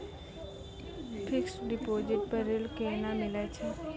Fixed deposit पर ऋण केना मिलै छै?